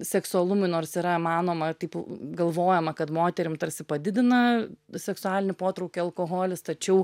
seksualumui nors yra manoma taip galvojama kad moterim tarsi padidina seksualinį potraukį alkoholis tačiau